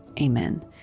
Amen